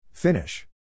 Finish